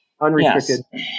Unrestricted